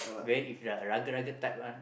where if ah Ruggle Ruggle type one